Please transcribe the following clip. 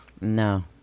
No